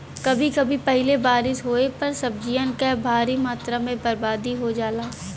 कभी कभी पहिले बारिस होये पर सब्जियन क भारी मात्रा में बरबादी हो जाला